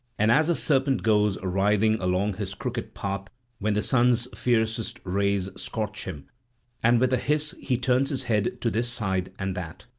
and as a serpent goes writhing along his crooked path when the sun's fiercest rays scorch him and with a hiss he turns his head to this side and that,